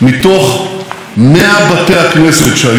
שנקראה ירושלים דליטא,